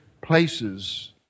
places